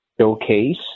showcase